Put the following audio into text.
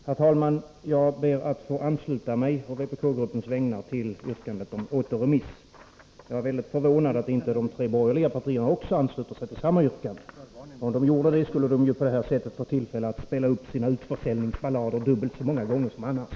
Herr talman! Jag ber, på vpk-gruppens vägnar, att få ansluta mig till yrkandet om återremiss. Jag är mycket förvånad över att de tre borgerliga partierna inte ansluter sig till samma yrkande. Om de gjorde det, skulle de få tillfälle att spela upp sina utförsäljningsballader dubbelt så många gånger som annars.